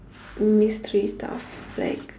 mystery stuff like